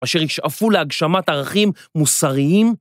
אשר ישאפו להגשמת ערכים מוסריים.